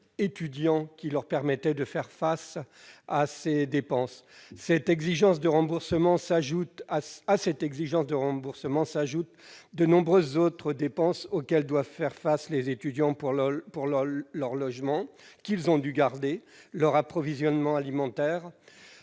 étudiant qui leur permettait de faire face à ces dépenses. À cette exigence de remboursement s'ajoutent de nombreuses autres dépenses auxquelles doivent faire face les étudiants, pour leur logement, qu'ils ont dû garder, et leur approvisionnement alimentaire.